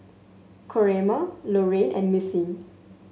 Coraima Lorrayne and Missy